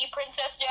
Princess